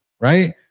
right